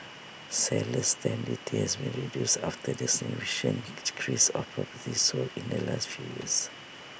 seller's stamp duty has been reduced after the significant decrease of properties sold in the last few years